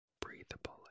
breathable